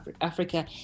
Africa